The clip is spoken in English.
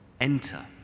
Enter